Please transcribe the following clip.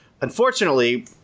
unfortunately